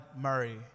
Murray